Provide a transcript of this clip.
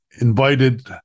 invited